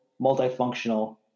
multifunctional